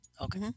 Okay